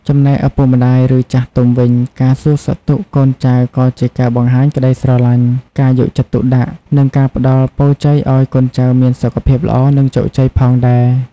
ចំណែកឪពុកម្តាយ ឬចាស់ទុំវិញ ការសួរសុខទុក្ខកូនចៅក៏ជាការបង្ហាញក្តីស្រឡាញ់ ការយកចិត្តទុកដាក់ និងការផ្តល់ពរជ័យឲ្យកូនចៅមានសុខភាពល្អ និងជោគជ័យផងដែរ។